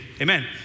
amen